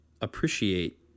appreciate